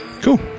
Cool